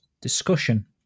discussion